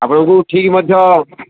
ଆପଣଙ୍କୁ ଠିକ୍ ମଧ୍ୟ